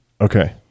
Okay